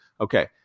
Okay